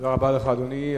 תודה רבה לך, אדוני.